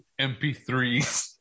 MP3s